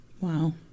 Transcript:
Wow